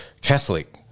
catholic